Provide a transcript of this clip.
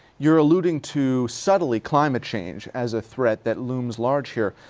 you're alluding to subtly, climate change as a threat that looms large here,